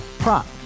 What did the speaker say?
Prop